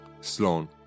Sloan